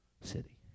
city